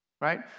Right